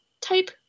type